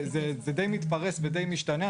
זה די מתפרס ודי משתנה,